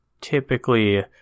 typically